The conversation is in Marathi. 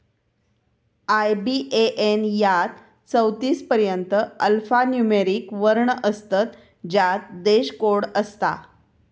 आय.बी.ए.एन यात चौतीस पर्यंत अल्फान्यूमोरिक वर्ण असतत ज्यात देश कोड असता